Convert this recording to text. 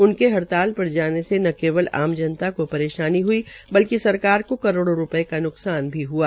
उनके हड़ताल पर जाने में न केवल आम जनता को परेशानी हई बल्कि सरकार को करोड़ो रूपये का न्कसान भी हआ